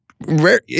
rare